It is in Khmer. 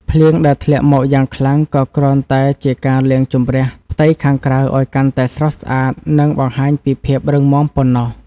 ភ្លៀងដែលធ្លាក់មកយ៉ាងខ្លាំងក៏គ្រាន់តែជាការលាងជម្រះផ្ទៃខាងក្រៅឱ្យកាន់តែស្រស់ស្អាត និង បង្ហាញពីភាពរឹងមាំប៉ុណ្ណោះ។